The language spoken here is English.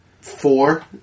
four